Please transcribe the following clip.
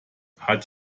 hat